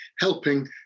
helping